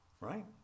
right